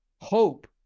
hope